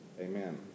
Amen